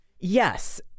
Yes